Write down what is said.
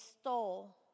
stole